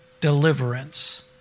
deliverance